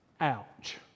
Ouch